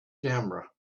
camera